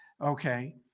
okay